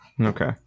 Okay